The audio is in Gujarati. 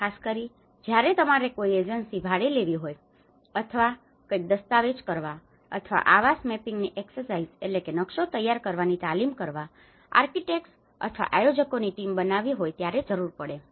ખાસ કરીને જ્યારે તમારે કોઈ એજન્સી ભાડે લેવી હોય અથવા કંઈક દસ્તાવેજ કરવા અથવા આવાસ મેપિંગની એક્સરસાઈઝmapping exercise નકશો તૈયાર કરવાની તાલીમ કરવા માટે આર્કિટેક્ટ્સ અથવા આયોજકોની ટીમ બનાવવી હોય ત્યારે જરૂર પડે છે